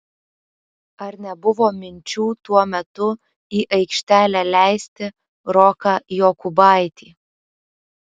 ar nebuvo minčių tuo metu į aikštelę leisti roką jokubaitį